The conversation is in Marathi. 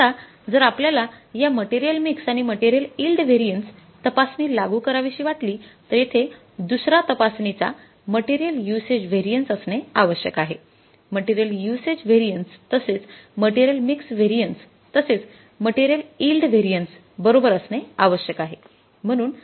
आता जर आपल्याला या मटेरियल मिक्स आणि मटेरियल यिल्ड व्हेरिएन्स तपासणी लागू करावीशी वाटली तर येथे दुसरा तपासणीचा मटेरियल युसेज व्हेरिएन्स असणे आवश्यक आहे मटेरियल युसेज व्हेरिएन्स तसेच मटेरियल मिक्स व्हेरिएन्स तसेच मटेरियल यिल्ड व्हेरिएन्स बरोबर असणे आवश्यक आहे